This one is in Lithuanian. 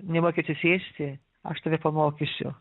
nemoki atsisėsti aš tave pamokysiu